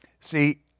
See